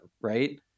Right